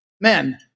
men